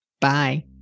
Bye